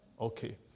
Okay